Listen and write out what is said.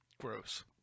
Gross